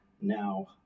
now